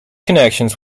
connections